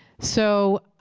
so